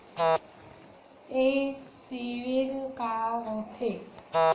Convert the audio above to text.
ये सीबिल का होथे?